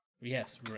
Yes